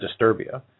Disturbia